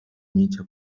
mitja